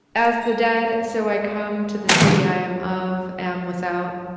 as the dead, so i come to the city i am of, am without,